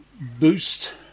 boost